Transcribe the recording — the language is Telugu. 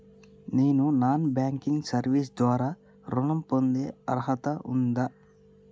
నేను నాన్ బ్యాంకింగ్ సర్వీస్ ద్వారా ఋణం పొందే అర్హత ఉందా?